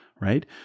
right